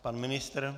Pan ministr?